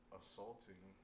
assaulting